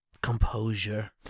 composure